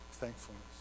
thankfulness